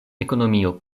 ekonomio